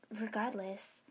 regardless